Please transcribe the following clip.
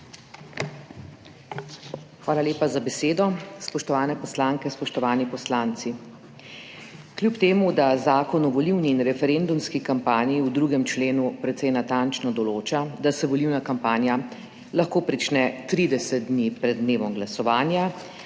Hvala lepa za besedo. Spoštovane poslanke, spoštovani poslanci! Kljub temu, da Zakon o volilni in referendumski kampanji v 2. členu precej natančno določa, da se volilna kampanja lahko prične 30 dni pred dnevom glasovanja,